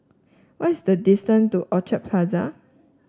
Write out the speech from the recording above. what is the distance to Orchid Plaza